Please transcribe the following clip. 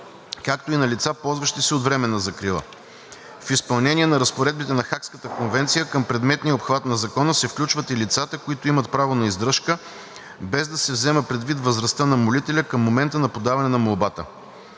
както и на лица, ползващи се от временна закрила. В изпълнение на разпоредбите на Хагската конвенция към предметния обхват на Закона се включват и лицата, които имат право на издръжка, без да се взема предвид възрастта на молителя към момента на подаване на молбата.